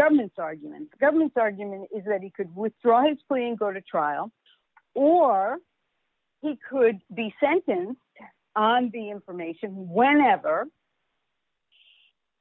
government's argument the government's argument is that he could withdraw his plea and go to trial or he could be sentenced on the information whenever